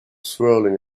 swirling